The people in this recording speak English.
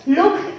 look